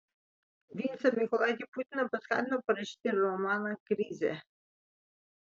vincą mykolaitį putiną paskatino parašyti romaną krizė